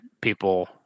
people